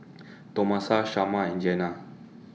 Tomasa Shamar and Jeanna